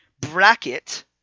bracket